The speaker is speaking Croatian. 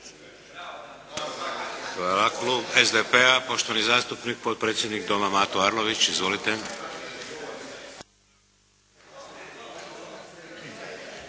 Hvala. Klub SDP-a poštovani zastupnik, potpredsjednik Doma Mato Arlović. Izvolite.